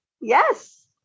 Yes